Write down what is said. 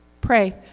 Pray